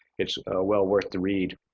it's well-worth to read.